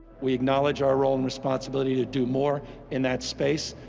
we acknowledge our role and responsibility to do more in that space.